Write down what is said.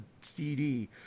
CD